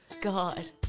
God